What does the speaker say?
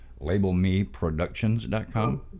Labelmeproductions.com